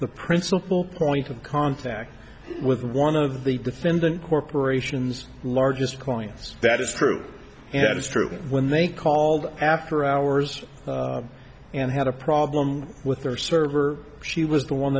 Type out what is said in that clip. the principle point of contact with one of the defendant corporation's largest clients that is true and it is true when they called after hours and had a problem with their server she was the one